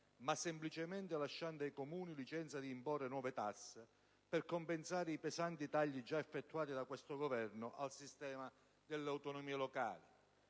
ma, semplicemente, lasciando ai Comuni licenza di imporre nuove tasse per compensare i pesanti tagli già effettuati da questo Governo al sistema delle autonomie locali.